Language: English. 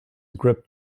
grip